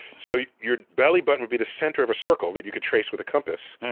so your bellybutton would be the center of a circle that you could trace with a compass,